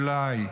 אולי,